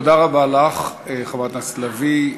תודה רבה לך, חברת הכנסת לביא.